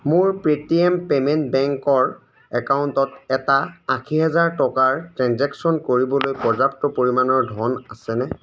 মোৰ Paytm payment বেংকৰ একাউণ্টত এটা আশী হেজাৰ টকাৰ ট্ৰেঞ্জেকচন কৰিবলৈ পৰ্যাপ্ত পৰিমাণৰ ধন আছেনে